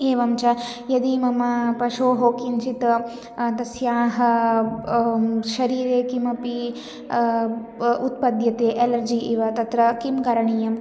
एवं च यदि मम पशोः किञ्चित् तस्याः शरीरे किमपि उत्पद्यते एलर्जि इव तत्र किं करणीयं